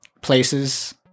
places